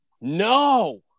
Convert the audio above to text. No